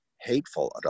hateful